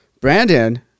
Brandon